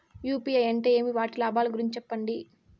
UPI అంటే ఏమి? వాటి లాభాల గురించి సెప్పండి?